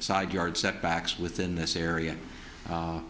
side yard setbacks within this area